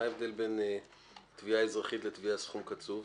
מה ההבדל בין תביעה אזרחית לתביעה על סכום קצוב?